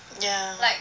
yeah